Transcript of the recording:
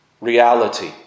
reality